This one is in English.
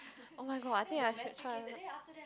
oh-my-god I think I should try